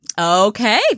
Okay